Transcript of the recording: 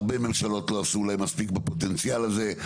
הרבה ממשלות לא עשו אולי מספיק בפוטנציאל הזה.